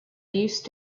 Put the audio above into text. used